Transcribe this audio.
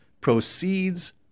proceeds